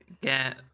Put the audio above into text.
get